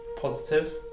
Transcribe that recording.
positive